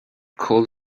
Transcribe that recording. could